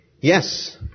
Yes